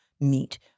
meet